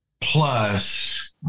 Plus